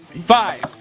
five